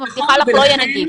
אני מבטיחה לך שלא יהיה נגיף.